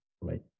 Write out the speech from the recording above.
Right